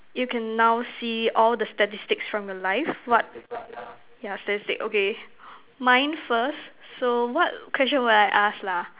you can now see all the statistics from your life what yeah statistics okay mine first so what question will I ask lah